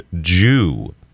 Jew